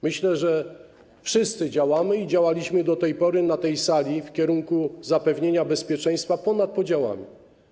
Myślę, że wszyscy działamy i działaliśmy do tej pory na tej sali w kierunku zapewnienia bezpieczeństwa ponad podziałami.